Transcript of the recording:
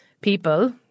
people